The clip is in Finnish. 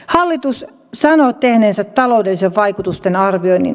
hallitus sanoo tehneensä taloudellisten vaikutusten arvioinnin